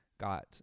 got